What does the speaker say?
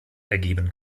ergeben